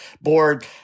board